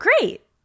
great